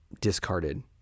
discarded